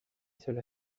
cela